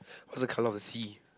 what's the colour of the sea